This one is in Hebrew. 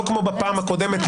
לא כמו בפעם הקודמת,